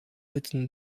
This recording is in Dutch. moeten